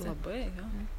labai jo